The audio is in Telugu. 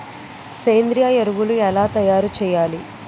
సేంద్రీయ ఎరువులు ఎలా తయారు చేయాలి?